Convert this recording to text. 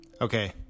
okay